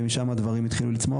ומשם הדברים התחילו לצמוח,